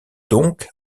donc